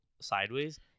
sideways